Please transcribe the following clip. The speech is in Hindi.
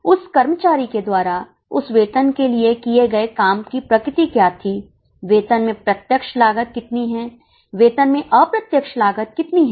उस कर्मचारी के द्वारा उस वेतन के लिए किए गए काम की प्रकृति क्या थी वेतन में प्रत्यक्ष लागत कितनी है वेतन में अप्रत्यक्ष लागत कितनी है